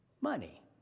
money